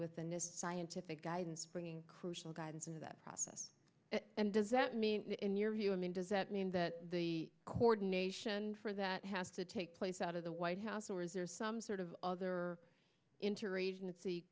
with the nist scientific guidance bringing crucial guidance into that process and does that mean in your view i mean does that mean that the coordination for that has to take place out of the white house or is there some sort of other interagency